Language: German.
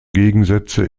gegensätze